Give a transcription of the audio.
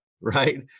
right